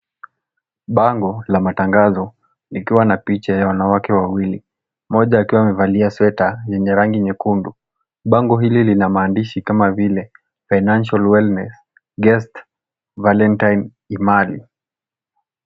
Bango la matangazo likiwa na picha ya wanawake wawili, mmoja akiwa amevalia sweta yenye rangi nyekundu. Bango hili lina maandishi kama vile Financial Wellness, guest Valentine Imali